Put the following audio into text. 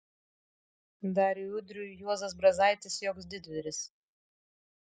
dariui udriui juozas brazaitis joks didvyris